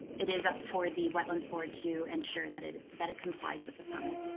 it is up for the wetlands board to ensure that it that it complies with the permit.